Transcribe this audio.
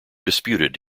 disputed